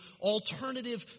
alternative